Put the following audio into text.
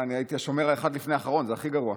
אני הייתי השומר האחד לפני האחרון, זה הכי גרוע.